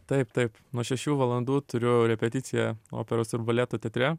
taip taip nuo šešių valandų turiu repeticiją operos ir baleto teatre